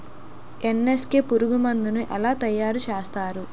NSK పురుగు మందు ను ఎలా తయారు చేస్తారు?